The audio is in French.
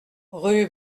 rue